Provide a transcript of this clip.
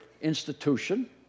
institution